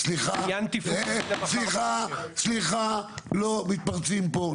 --- סליחה, לא מתפרצים פה.